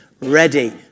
ready